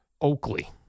Oakley